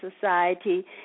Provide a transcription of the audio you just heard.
Society